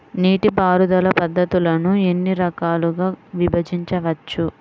నీటిపారుదల పద్ధతులను ఎన్ని రకాలుగా విభజించవచ్చు?